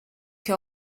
che